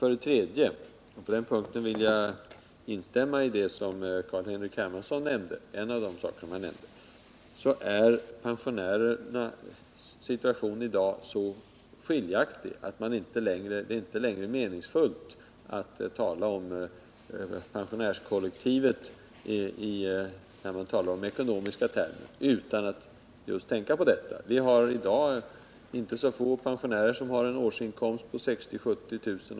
Pensionärernas förhållanden i dag är så olika — jag vill instämma i vad Carl-Henrik Hermansson sade på den punkten — att det inte längre är meningsfullt att tala om pensionärskollektivet i ekonomiska termer. Vi har i dag inte så få pensionärer med en årsinkomst på 60 000 å 70 000 kr.